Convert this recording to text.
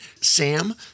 Sam